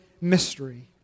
mystery